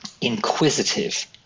inquisitive